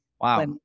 Wow